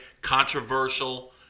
controversial